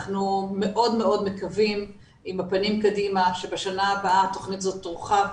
אנחנו מאוד מאוד מקווים עם הפנים קדימה שבשנה הבאה התכנית הזאת תורחב,